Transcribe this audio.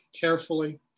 carefully